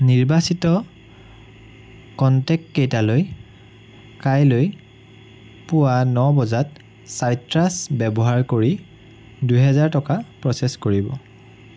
নিৰ্বাচিত কনটেক্ট কেইটালৈ কাইলৈ পুৱা ন বজাত চাইট্ৰাছ ব্যৱহাৰ কৰি দুই হাজাৰ টকা প্ৰ'চেছ কৰিব